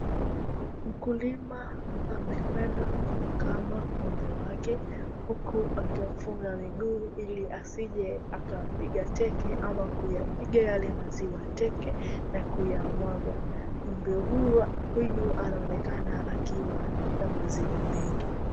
Mkulima amekwenda kumkama ng'ombe wake huku akimfunga miguu ili asije akampiga teke ama kuyapiga yale maziwa teke na kuyamwaga. Ng'ombe huyu anaonekana akiwa na maziwa mengi.